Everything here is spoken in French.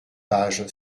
page